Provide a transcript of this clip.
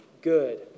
good